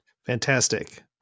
Fantastic